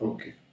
Okay